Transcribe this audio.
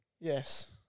Yes